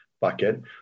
bucket